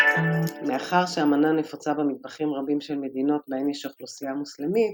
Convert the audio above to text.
מאחר שהמנה נפוצה במטבחים רבים של מדינות בהן יש אוכלוסייה מוסלמית,